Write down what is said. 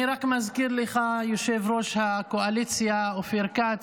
אני רק מזכיר לך, יושב ראש הקואליציה אופיר כץ,